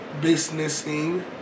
businessing